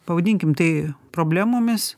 pavadinkim tai problemomis